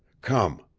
come.